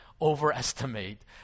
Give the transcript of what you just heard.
overestimate